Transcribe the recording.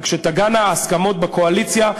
וכשתגענה ההסכמות בקואליציה,